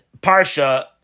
parsha